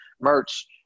merch